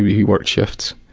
he worked shifts,